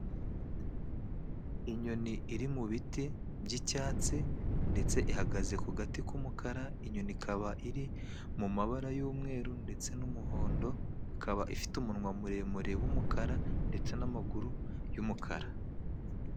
Inyoni iri mu biti by'icyatsi ndetse ihagaze ku gati k'umukara , inyoni ikaba iri mu mabara y'umweru ndetse n'umuhondo ikaba ifite umunwa muremure w'umukara, ndetse n'amaguru y'umukara.